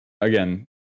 again